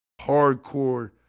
hardcore